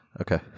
Okay